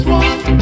one